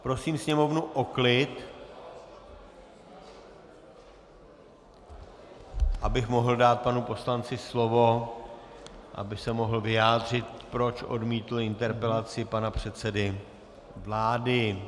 Prosím o klid, abych mohl dát panu poslanci slovo, aby se mohl vyjádřit, proč odmítl interpelaci pana předsedy vlády.